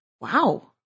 wow